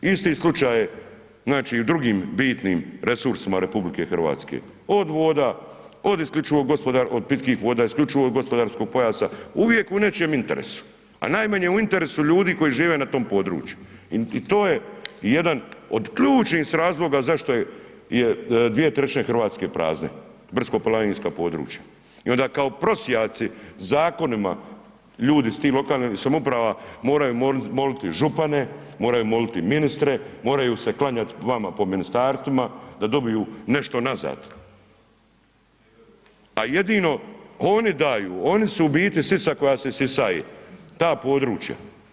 Isti slučaj je znači u drugim bitnim resursima RH, od voda, od pitkih voda, IGP-a, uvijek u nečijem interesu, a najmanje u interesu ljudi koji žive na tom području i to je jedan od ključnih razloga zašto je 2/3 RH prazne, brdsko planinska područja i onda kao prosjaci zakonima ljudi s tih lokalnih samouprava moraju moliti župane, moraju moliti ministre, moraju se klanjat vama po ministarstvima da dobiju nešto nazad, a jedino oni daju, oni su u biti sisa koja se sisaje, ta područja.